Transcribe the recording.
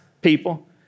people